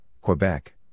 Quebec